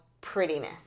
prettiness